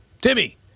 Timmy